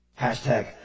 Hashtag